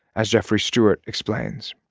as jeffrey stewart explains.